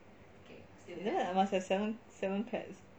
then I must have seven seven pets